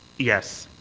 yes.